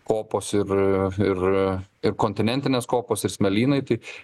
kopos ir ir ir kontinentinės kopos ir smėlynai tai